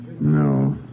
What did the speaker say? No